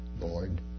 Lord